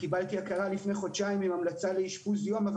קיבלתי הכרה לפני חודשיים עם המלצה לאשפוז יום אבל